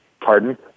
Pardon